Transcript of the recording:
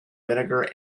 vinegar